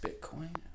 Bitcoin